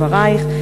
בדברייך,